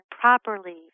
properly